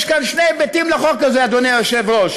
יש כאן שני היבטים לחוק הזה, אדוני היושב-ראש.